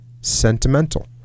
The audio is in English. sentimental